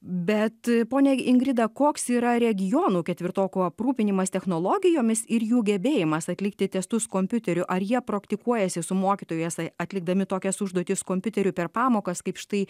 bet ponia ingrida koks yra regionų ketvirtokų aprūpinimas technologijomis ir jų gebėjimas atlikti testus kompiuteriu ar jie praktikuojasi su mokytoju jas atlikdami tokias užduotis kompiuteriu per pamokas kaip štai